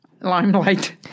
Limelight